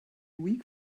weak